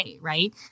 right